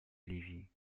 ливии